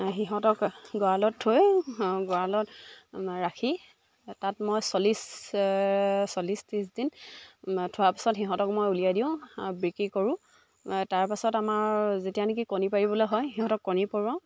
সিহঁতক গঁৰালত থৈ গঁৰালত ৰাখি তাত মই চল্লিছ চল্লিছ ত্ৰিছ দিন থোৱাৰ পিছত সিহঁতক মই উলিয়াই দিওঁ বিক্ৰী কৰোঁ তাৰপাছত আমাৰ যেতিয়া নেকি কণী পাৰিবলৈ হয় সিহঁতক কণী পৰোৱাওঁ